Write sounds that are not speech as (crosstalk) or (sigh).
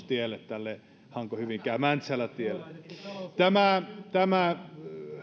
(unintelligible) tielle tälle hanko hyvinkää mäntsälä tielle tämä